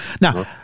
now